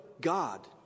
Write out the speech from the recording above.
God